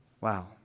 Wow